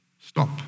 Stop